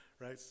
right